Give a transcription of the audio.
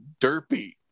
derpy